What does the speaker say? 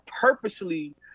purposely